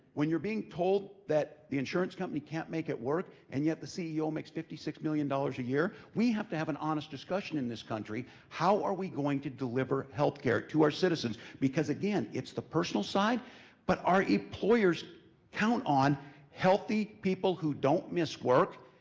when you're being told that the insurance company can't make it work, and yet the ceo makes fifty six million dollars a year, we have to have an honest discussion in this country, how are we going to deliver healthcare to our citizens? because again, it's the personal side but our employers count on healthy people who don't miss work,